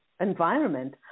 environment